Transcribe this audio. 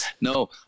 no